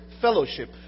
Fellowship